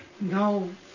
No